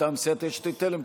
מטעם סיעת יש עתיד-תל"ם.